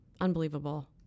unbelievable